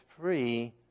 free